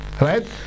right